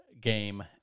game